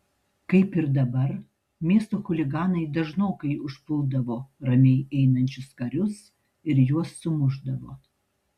kaip ir dabar miesto chuliganai dažnokai užpuldavo ramiai einančius karius ir juos sumušdavo